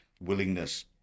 willingness